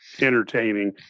entertaining